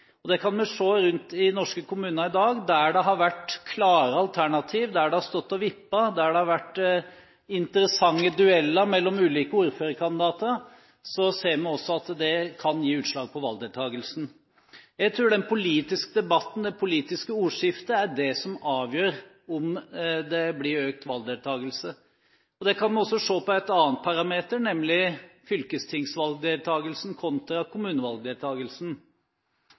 Det kan vi se rundt om i norske kommuner i dag. Der det har vært klare alternativer, der det har stått og vippet, der det har vært interessante dueller mellom ulike ordførerkandidater, ser vi også at det kan gi seg utslag i valgdeltagelsen. Jeg tror den politiske debatten – det politiske ordskiftet – er det som avgjør om det blir økt valgdeltagelse. Det kan vi også se på en annen parameter, nemlig fylkestingsvalgdeltagelsen kontra